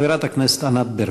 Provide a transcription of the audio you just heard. ואחריו, חברת הכנסת ענת ברקו.